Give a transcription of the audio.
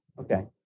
Okay